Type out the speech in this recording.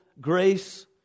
grace